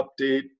update